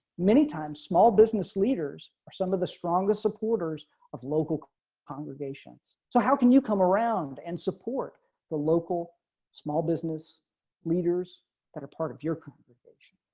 many times, small business leaders are some of the strongest supporters of local congregations. so how can you come around and support the local small business leaders that are part of your congregation